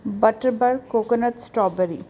butterbur coconut strawberry